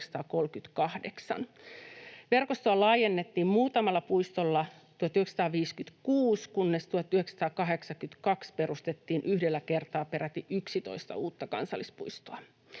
Verkostoa laajennettiin muutamalla puistolla 1956, kunnes 1982 perustettiin yhdellä kertaa peräti 11 uutta kansallispuistoa.